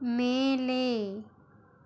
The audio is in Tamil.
மேலே